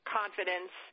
confidence